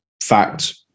Fact